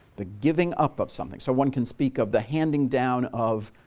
the giving up of something. so one can speak of the handing down of